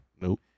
Nope